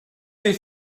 two